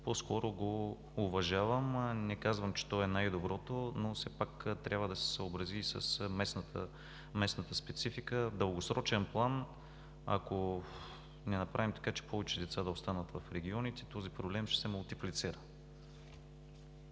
по-скоро го уважавам. Не казвам, че то е най-доброто, но все пак трябва да се съобрази и с местната специфика. В дългосрочен план, ако не направим така повече деца да останат в регионите, този проблем ще се мултиплицира.